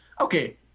Okay